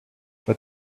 but